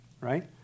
right